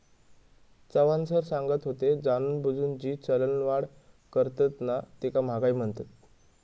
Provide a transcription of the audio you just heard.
Chavan sir सांगत होते, जाणूनबुजून जी चलनवाढ करतत ना तीका महागाई म्हणतत